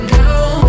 down